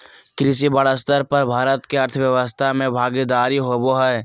कृषि बड़ स्तर पर भारत के अर्थव्यवस्था में भागीदारी होबो हइ